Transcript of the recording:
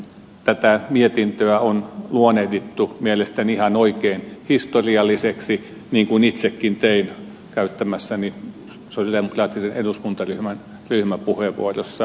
tätä mietintöä on luonnehdittu mielestäni ihan oikein historialliseksi niin kuin itsekin tein käyttämässäni sosialidemokraattisen eduskuntaryhmän ryhmäpuheenvuorossa